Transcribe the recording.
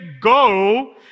Go